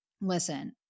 Listen